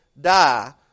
die